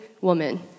woman